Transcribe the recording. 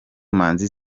manzi